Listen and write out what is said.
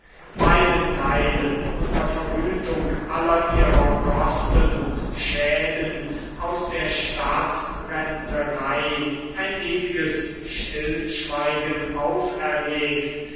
beiden teilen unter vergütung aller ihrer kosten und schäden aus dem stadtärario ein ewiges stillschweigen auferlegt